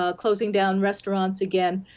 ah closing down restaurants again,